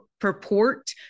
purport